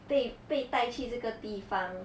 被被带去这个地方